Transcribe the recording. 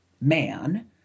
man